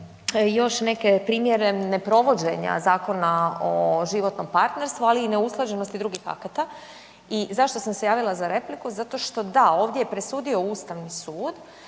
još neke primjere neprovođenje Zakona o životnom partnerstvu ali i neusklađenosti drugih akata i zašto sam se javila za repliku, zašto što da ovdje je presudio Ustavni sud,